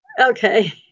Okay